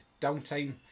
downtime